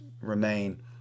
remain